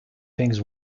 things